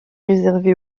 réservé